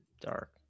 Dark